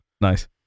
Nice